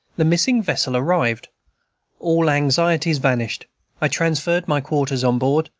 the missing vessel arrived all anxieties vanished i transferred my quarters on board,